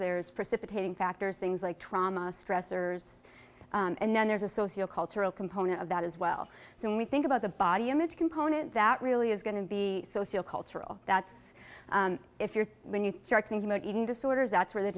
there's precipitating factors things like trauma stressors and then there's a socio cultural component of that as well so when we think about the body image component that really is going to be socio cultural that's if you're when you start thinking about eating disorders that's where the